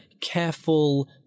careful